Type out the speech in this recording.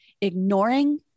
ignoring